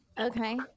Okay